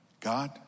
God